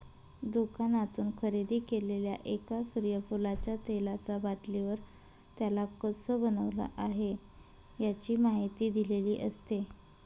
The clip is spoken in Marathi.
दुकानातून खरेदी केलेल्या एका सूर्यफुलाच्या तेलाचा बाटलीवर, त्याला कसं बनवलं आहे, याची माहिती दिलेली असते